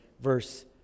verse